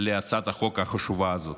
להצעת החוק החשובה הזאת.